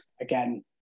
again